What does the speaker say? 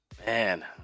Man